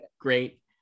Great